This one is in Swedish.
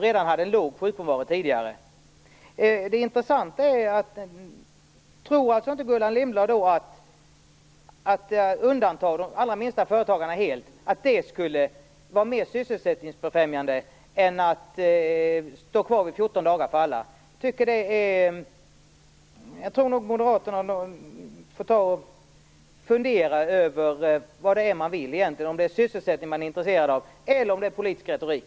De hade redan tidigare en låg sjukfrånvaro. Tror inte Gullan Lindblad att ett totalt undantagande av de allra minsta företagarna skulle vara mer sysselsättningsbefrämjande än en arbetsgivarperiod om 14 dagar för alla företagare? Jag tror att moderaterna får fundera över vad man egentligen vill, om man är intresserad av sysselsättning eller av politisk retorik.